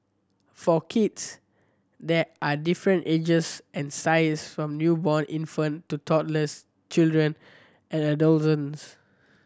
for kids there are different ages and sizes from newborn infant to toddlers children adolescents